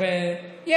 יש.